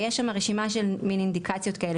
ויש שם רשימה של מן אינדיקציות כאלה